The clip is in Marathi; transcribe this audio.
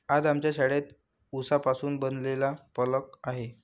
आज आमच्या शाळेत उसापासून बनवलेला फलक आहे